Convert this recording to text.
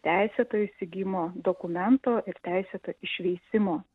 teisėto įsigijimo dokumento ir teisėto išveisimo